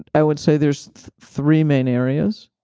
i would say there's three main areas.